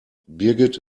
birgit